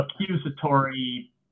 accusatory